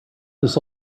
this